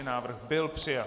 Návrh byl přijat.